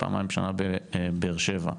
פעמיים שנה בבאר שבע.